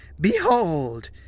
Behold